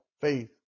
faith